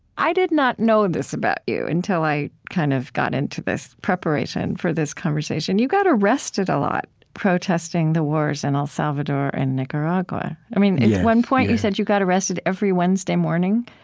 i did not know this about you until i kind of got into this preparation for this conversation. you got arrested a lot, protesting the wars in el salvador and nicaragua. i mean at one point, you said, you got arrested every wednesday morning.